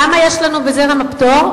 כמה יש לנו בזרם הפטור?